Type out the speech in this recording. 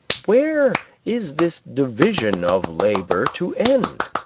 where is this division of labor to end?